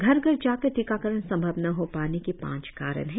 घर घर जाकर टीकाकरण संभव न हो पाने के पांच कारण हैं